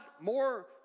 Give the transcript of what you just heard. more